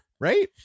Right